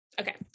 Okay